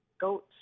Goats